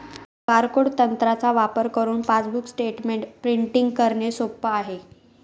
barcode तंत्राचा वापर करुन पासबुक स्टेटमेंट प्रिंटिंग करणे सोप आहे